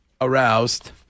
aroused